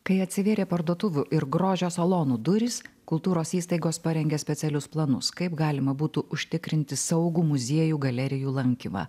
kai atsivėrė parduotuvių ir grožio salonų durys kultūros įstaigos parengė specialius planus kaip galima būtų užtikrinti saugų muziejų galerijų lankymą